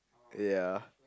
ya